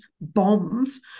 bombs